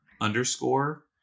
underscore